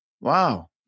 Wow